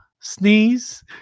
sneeze